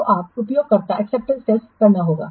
तो आपको उपयोगकर्ता एक्सेप्टेंस टेस्टकरना होगा